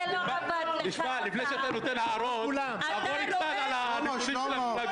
יפעל לתיקון, בטח כשיש הסכם שאוסר על זה, פטין.